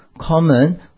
common